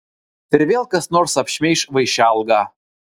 ir vėl kas nors apšmeiš vaišelgą